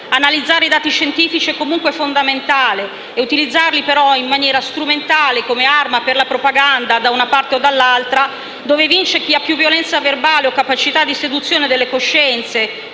Analizzare i dati scientifici è comunque fondamentale, utilizzarli, però, in maniera strumentale come arma per la propaganda, da una parte o dall'altra, dove vince chi ha più violenza verbale o capacità di seduzione delle coscienze